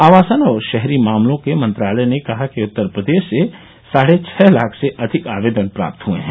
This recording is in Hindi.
आवासन और शहरी मामलों के मंत्रालय ने कहा कि उत्तर प्रदेश से साढे छह लाख से अधिक आवेदन प्राप्त हुए हैं